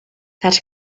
that